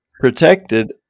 protected